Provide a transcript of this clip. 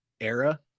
era